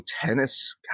tennis